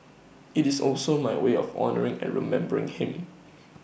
IT is also my way of honouring and remembering him